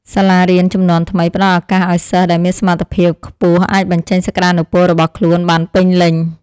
សាលារៀនជំនាន់ថ្មីផ្តល់ឱកាសឱ្យសិស្សដែលមានសមត្ថភាពខ្ពស់អាចបញ្ចេញសក្តានុពលរបស់ខ្លួនបានពេញលេញ។